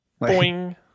Boing